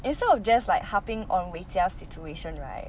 instead of just like harping on weijia's situation right